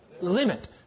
Limit